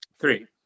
three